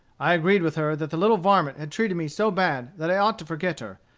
i agreed with her that the little varmint had treated me so bad that i ought to forget her,